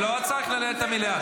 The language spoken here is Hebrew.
לא צריך לנהל את המליאה.